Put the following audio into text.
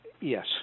Yes